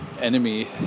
enemy